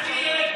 אני עד.